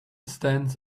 stands